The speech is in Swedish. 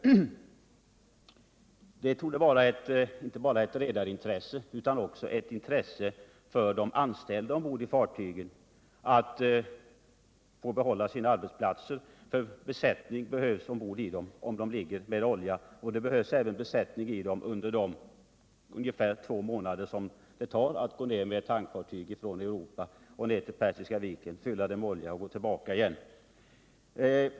Detta torde inte vara bara ett redarintresse utan också ett intresse för de anställda ombord i fartygen. De kunde få behålla sina arbetsplatser, för det behövs besättning ombord i fartygen, om de ligger med oljelast. Det behövs även besättning på fartygen under de ungefär två månader som det tar att gå från Europa och ned till Persiska viken för att fylla olja och tillbaka igen.